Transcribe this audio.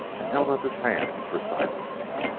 and held up his hand for silence.